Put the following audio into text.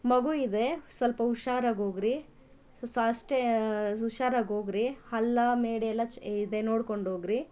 ಮಗು ಇದೆ ಸ್ವಲ್ಪ ಹುಷಾರಾಗ್ ಹೋಗ್ರಿ ಅಷ್ಟೇ ಹುಷಾರಾಗಿ ಹೋಗ್ರಿ ಹಳ್ಳ ಮೇಡೆ ಎಲ್ಲ ಇದೆ ನೋಡಿಕೊಂಡೋಗ್ರಿ